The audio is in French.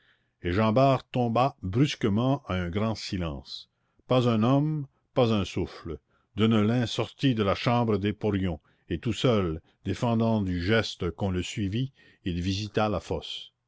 et jean bart tomba brusquement à un grand silence pas un homme pas un souffle deneulin sortit de la chambre des porions et tout seul défendant du geste qu'on le suivît il visita la fosse